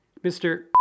Mr